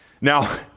Now